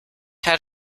had